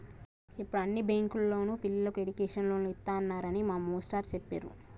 యిప్పుడు అన్ని బ్యేంకుల్లోనూ పిల్లలకి ఎడ్డుకేషన్ లోన్లు ఇత్తన్నారని మా మేష్టారు జెప్పిర్రు